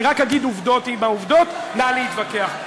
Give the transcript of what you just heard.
אני רק אגיד עובדות, ועם העובדות נא להתווכח.